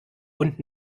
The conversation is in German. und